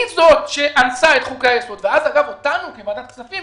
היא זאת שאנסה את חוקי היסוד וגם אותנו כוועדת הכספים.